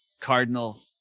cardinal